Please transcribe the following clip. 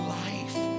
life